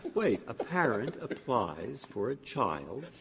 wait. a parent applies for a child,